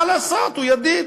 מה לעשות, הוא ידיד.